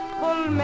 full